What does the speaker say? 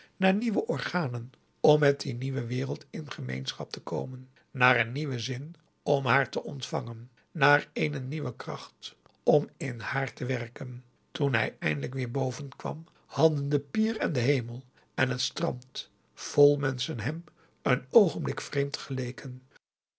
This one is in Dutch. naar nieuwe organen om met die nieuwe wereld in gemeenschap te komen naar een nieuwen zin om haar te ontvangen naar eene nieuwe kracht om in haar te werken toen hij eindelijk weer boven kwam hadden de pier en de hemel en het strand augusta de wit orpheus in de dessa vol menschen hem een oogenblik vreemd geleken